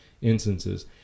instances